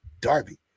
Darby